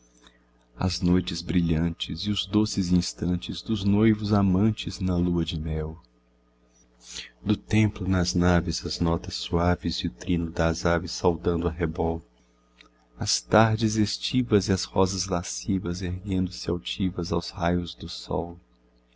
as noites brilhantes e os doces instantes dos noivos amantes na lua de mel do templo nas naves as notas suaves e o trino das aves saudando o arrebol as tardes estivas e as rosas lascivas erguendo-se altivas aos raios do sol